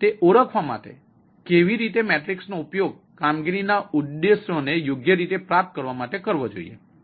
તે ઓળખવા માટે કે કેવી રીતે મેટ્રિક્સનો ઉપયોગ કામગીરીના ઉદ્દેશોને યોગ્ય રીતે પ્રાપ્ત કરવા માટે કરવો જોઈએ